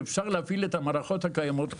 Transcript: אפשר להפעיל את המערכות הקיימות היום.